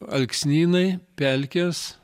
alksnynai pelkės